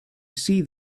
see